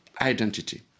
identity